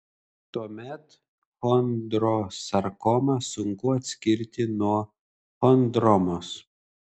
tuomet chondrosarkomą sunku atskirti nuo chondromos